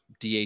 DH